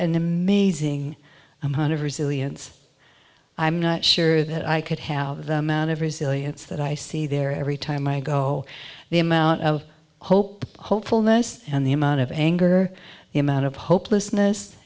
an amazing amount of resilience i'm not sure that i could have them out of resilience that i see there every time i go the amount of hope hopefulness and the amount of anger the amount of hopelessness